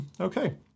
Okay